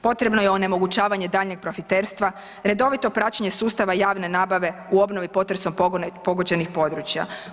Potrebno je onemogućavanje daljnjeg profiterstva, redovito praćenje sustava javne nabave u obnovi potresom pogođenih područja.